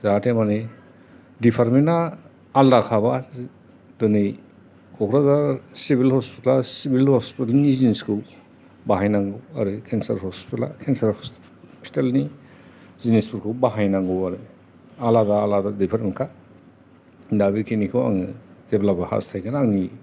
जाहाते मानि दिपार्टमेन्तआ आलदाखाबा दोनै क'क्राझार सिभिल हस्पिटेला सिभिल हस्पिटेलनि जिनिसखौ बाहायनांगौ आरो केनसार हस्पिटेला केनसार हस्पिटेलनि जिनिस फोरखौ बाहायनांगौ आरो आलादा आलादा दिपार्टमेन्तखा दा बे खिनिखौ आङो जेब्लाबो हास्थायगोन आंनि